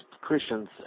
Christians